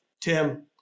Tim